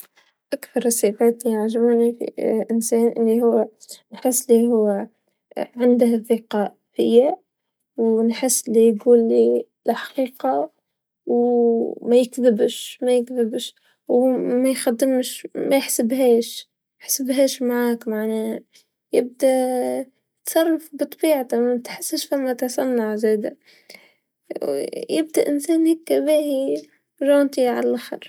أكثر الصفات ليعجبوني في إنسان أني هو نحس لي هو عنده الثقه فيا و نحس ليقولي الحقيقه و ميكذبش، ميكذبش و ميخادمش ما يحسبهاش، ما يحسبهاش معاك معناها يبدا يتصرف بطبيعته متحسش فما تصنع زادا و يبدا إنسان هاكا باهي و عاقل على لاخر.